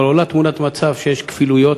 אבל עולה תמונת מצב שיש כפילויות,